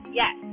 yes